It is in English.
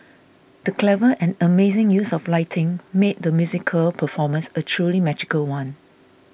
the clever and amazing use of lighting made the musical performance a truly magical one